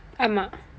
ஆமாம்:aamaam